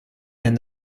and